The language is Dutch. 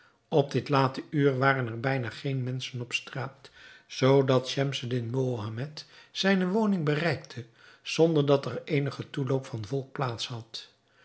op dit late uur waren er bijna geene menschen op straat zoodat schemseddin mohammed zijne woning bereikte zonder dat er eenigen toeloop van volk plaats had